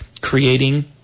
creating